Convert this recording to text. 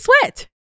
sweat